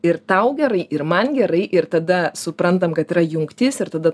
ir tau gerai ir man gerai ir tada suprantam kad yra jungtis ir tada